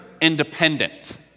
independent